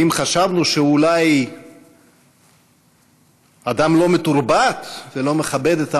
שחשבנו שהוא אדם אכזר ולא רגיש,